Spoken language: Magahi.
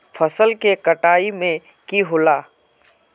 फसल के कटाई में की होला?